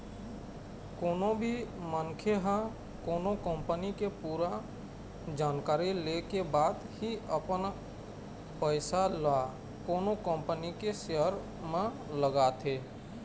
कोनो भी मनखे ह कोनो कंपनी के पूरा जानकारी ले के बाद ही अपन पइसा ल कोनो कंपनी के सेयर म लगाथे